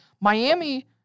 Miami